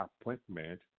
appointment